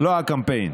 לא הקמפיין.